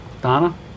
Donna